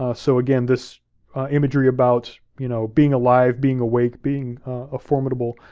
ah so again, this imagery about you know being alive, being awake, being a formidable